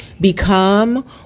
become